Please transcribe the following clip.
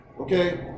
Okay